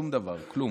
שום דבר, כלום.